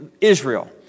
Israel